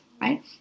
right